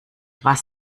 was